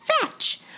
fetch